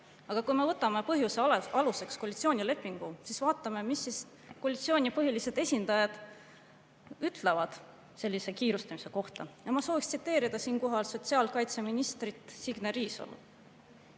Aga kui me võtame aluseks koalitsioonilepingu, siis vaatame, mida koalitsiooni põhilised esindajad ütlevad sellise kiirustamise kohta. Ma soovin siinkohal tsiteerida sotsiaalkaitseminister Signe Riisalot.